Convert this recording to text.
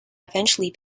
eventually